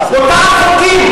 אותם חוקים,